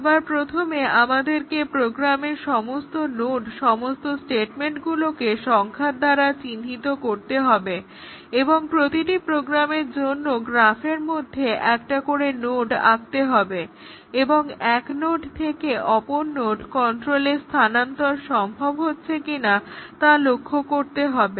সবার প্রথমে আমাদেরকে প্রোগ্রামের সমস্ত নোড সমস্ত স্টেটমেন্টগুলোকে সংখ্যা দ্বারা চিহ্নিত করতে হবে এবং প্রতিটি প্রোগ্রামের জন্য গ্রাফের মধ্যে একটা করে নোড আঁকতে হবে এবং এক নোড থেকে অপর নোড কন্ট্রোলের স্থানান্তর সম্ভব হচ্ছে কিনা তা লক্ষ্য করতে হবে